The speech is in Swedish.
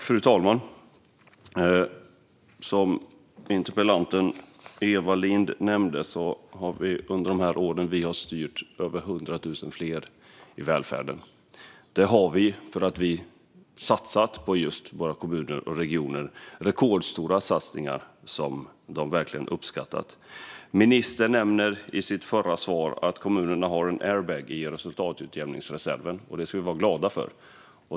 Fru talman! Som interpellanten Eva Lindh nämnde har vi under de år som vi har styrt fått över 100 000 fler i välfärden. Det är för att vi har satsat på våra kommuner och regioner - rekordstora satsningar som de verkligen har uppskattat. Ministern nämnde i sitt svar att kommunerna har en airbag genom resultatutjämningsreserven. Det ska vi vara glada för.